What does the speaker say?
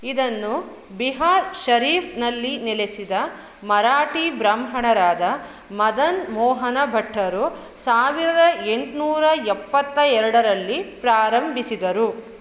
ಇದನ್ನು ಬಿಹಾರ್ ಷರೀಫ್ನಲ್ಲಿ ನೆಲೆಸಿದ ಮರಾಠಿ ಬ್ರಾಹ್ಮಣರಾದ ಮದನ್ ಮೋಹನ ಭಟ್ಟರು ಸಾವಿರದ ಎಂಟ್ನೂರ ಎಪ್ಪತ್ತ ಎರಡರಲ್ಲಿ ಪ್ರಾರಂಭಿಸಿದರು